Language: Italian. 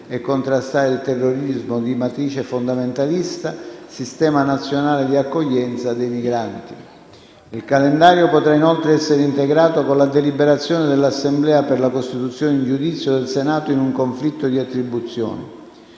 e contrastare il terrorismo di matrice fondamentalista; sistema nazionale di accoglienza dei migranti. Il calendario potrà inoltre essere integrato con la deliberazione dell'Assemblea per la costituzione in giudizio del Senato in un conflitto di attribuzioni.